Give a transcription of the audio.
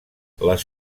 les